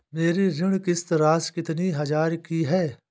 मेरी ऋण किश्त राशि कितनी हजार की है?